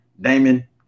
Damon